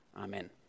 Amen